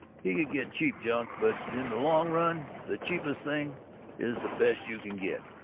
he can get cheap junk, but in the long run, the cheapest thing is the best you can get!